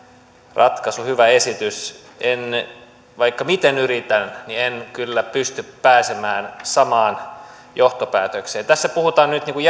ratkaisu hyvä esitys vaikka miten yritän niin en kyllä pysty pääsemään samaan johtopäätökseen tässä puhutaan nyt niin kuin